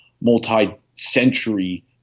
multi-century